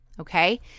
Okay